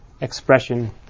expression